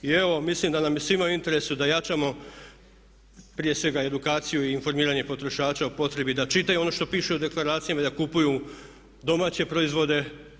I evo mislim da nam je svima u interesu da jačamo prije svega edukaciju i informiranje potrošača o potrebi da čitaju ono što piše u deklaracijama i da kupuju domaće proizvode.